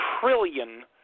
trillion